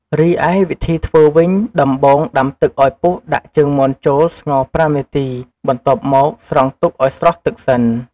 រីឯវិធីធ្វើវិញ ដំបូងដាំទឹកឱ្យពុះដាក់ជើងមាន់ចូលស្ងោរប្រាំនាទីបន្ទាប់មកស្រង់ទុកឱ្យស្រស់ទឹកសិន។